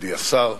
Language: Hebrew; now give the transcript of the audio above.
ידידי השר,